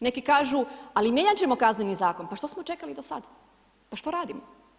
Neki kažu ali mijenjati ćemo Kazneni zakon, pa što smo čekali do sada, što radimo?